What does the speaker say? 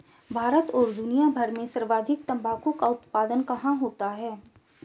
भारत और दुनिया भर में सर्वाधिक तंबाकू का उत्पादन कहां होता है?